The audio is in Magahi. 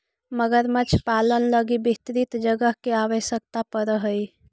मगरमच्छ पालन लगी विस्तृत जगह के आवश्यकता पड़ऽ हइ